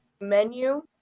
menu